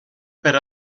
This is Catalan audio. per